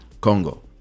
Congo